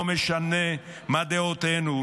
לא משנה מה דעותינו,